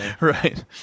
right